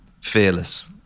fearless